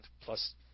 plus